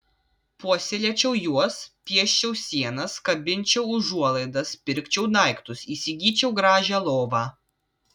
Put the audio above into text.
puoselėčiau juos pieščiau sienas kabinčiau užuolaidas pirkčiau daiktus įsigyčiau gražią lovą